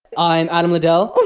i'm adam ladell.